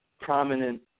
prominent